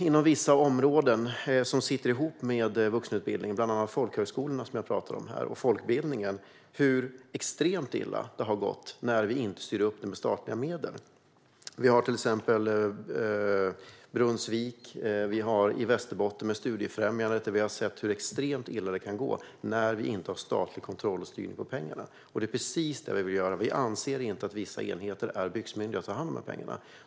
Inom vissa områden som hör ihop med vuxenutbildningen, bland annat folkhögskolorna och folkbildningen som jag talade om förut, har vi sett hur extremt illa det har gått när vi inte styr upp dem med statliga medel. Vi har exemplen med Brunnsvik och Studiefrämjandet i Västerbotten där vi har sett hur illa det kan gå när vi inte har statlig kontroll och styrning av pengarna. Det är precis detta vi vill göra. Vi anser att vissa enheter inte är byxmyndiga att ta hand om dessa pengar.